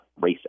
racist